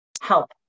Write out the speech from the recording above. help